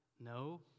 no